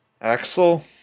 Axel